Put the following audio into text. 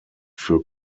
für